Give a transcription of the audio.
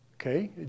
Okay